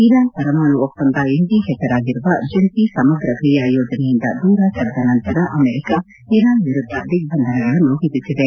Iran ಪರಮಾಣು ಒಪ್ಪಂದ ಎಂದೇ ಹೆಸರಾಗಿರುವ ಜಂಟಿ ಸಮಗ್ರ ಕ್ರಿಯಾ ಯೋಜನೆಯಿಂದ ದೂರ ಸರಿದ ನಂತರ ಅಮೆರಿಕ ಇರಾನ್ ವಿರುದ್ದ ದಿಗ್ವಂಧನಗಳನ್ನು ವಿಧಿಸಿದೆ